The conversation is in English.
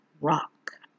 rock